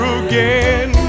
again